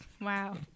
Wow